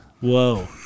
Whoa